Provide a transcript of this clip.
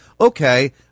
okay